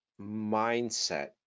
mindset